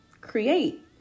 create